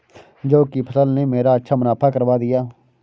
जौ की फसल ने मेरा अच्छा मुनाफा करवा दिया